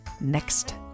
next